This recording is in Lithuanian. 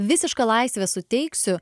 visišką laisvę suteiksiu